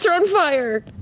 so um fire?